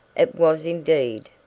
it was, indeed,